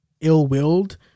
ill-willed